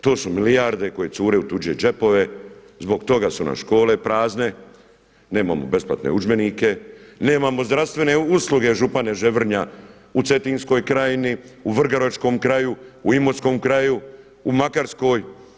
To su milijarde koje cure u tuđe džepove, zbog toga su nam škole prazne, nemamo besplatne udžbenike, nemamo zdravstvene usluge župane Ževrnja u Ceinskoj krajini, u Vrgoračkom kraju, u Imotskom kraju, u Makarskoj.